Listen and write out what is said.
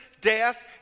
death